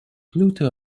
pluto